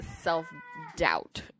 self-doubt